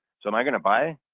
so am i going to buy